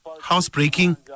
housebreaking